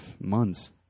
months